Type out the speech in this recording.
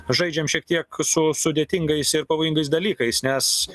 žaidžiam šiek tiek su sudėtingais ir pavojingais dalykais nes